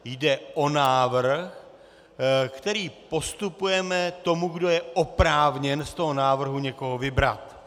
Jde o návrh, který postupujeme tomu, kdo je oprávněn z toho návrhu někoho vybrat.